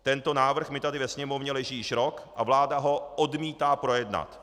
Tento návrh mi tady ve Sněmovně leží již rok a vláda ho odmítá projednat.